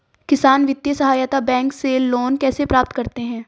किसान वित्तीय सहायता बैंक से लोंन कैसे प्राप्त करते हैं?